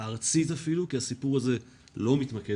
הארצית אפילו כי הסיפור הזה לא מתמקד